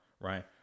right